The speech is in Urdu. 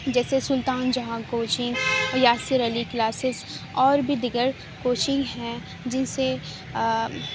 جیسے سلطان جہاں کوچنگ یاسر علی کلاسیز اور بھی دیگر کوچنگ ہیں جن سے